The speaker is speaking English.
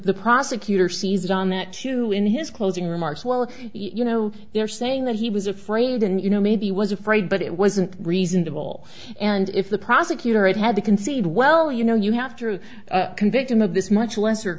prosecutor seized on that too in his closing remarks well you know they're saying that he was afraid and you know maybe was afraid but it wasn't reasonable and if the prosecutor it had to concede well you know you have to convict him of this much lesser